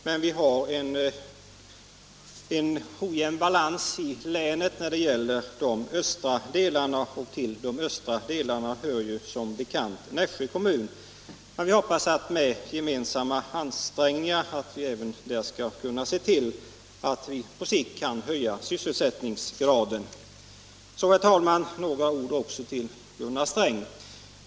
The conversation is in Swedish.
Men vi har en ojämn balans i länets östra delar, och till de östra delarna hör som bekant Nässjö kommun. Vi hoppas emellertid att vi med gemensamma ansträngningar även där skall kunna se till att sysselsättningsgraden på sikt höjs. Så, herr talman, några ord till Gunnar Sträng.